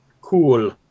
Cool